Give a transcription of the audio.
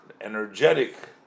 energetic